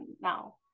now